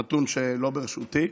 זה נתון שלא ברשותי.